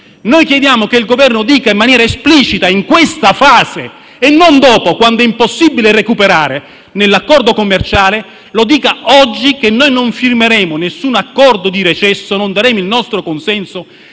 Noi chiediamo che il Governo dica in maniera esplicita - in questa fase non dopo, quando sarà impossibile recuperare - nell'accordo commerciale che noi non firmeremo alcun accordo di recesso, non daremo il nostro consenso